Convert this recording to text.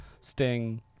Sting